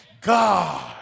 God